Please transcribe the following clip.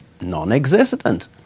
non-existent